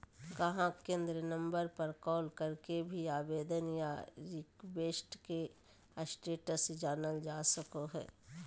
गाहक केंद्र नम्बर पर कॉल करके भी आवेदन या रिक्वेस्ट के स्टेटस जानल जा सको हय